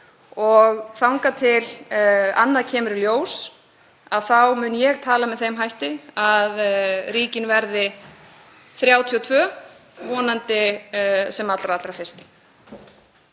Þangað til annað kemur í ljós þá mun ég tala með þeim hætti að ríkin verði 32, vonandi sem allra, allra fyrst.